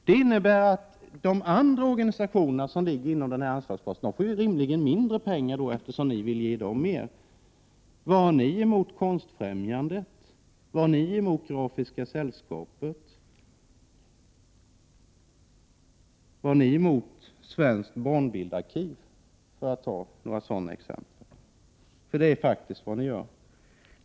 Det innebär att de andra organisationerna under denna anslagspost rimligen får mindre pengar, eftersom ni vill ge de nämnda organisationerna mer. Vad har ni emot Konstfrämjandet, Grafiska sällskapet och Svenskt barnbildarkiv, för att ta några sådana exempel? Något måste det faktiskt vara.